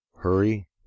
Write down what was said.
HURRY